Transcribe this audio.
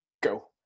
Go